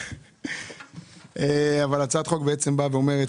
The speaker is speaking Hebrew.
הצעת החוק אומרת